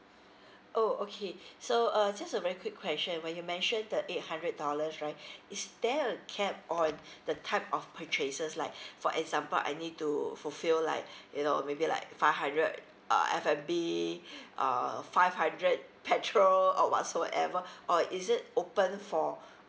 oh okay so uh just a very quick question when you mentioned the eight hundred dollars right is there a cap or the type of purchases like for example I need to fulfil like you know maybe like five hundred uh F&B uh five hundred petrol or whatsoever or is it open for